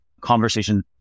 conversation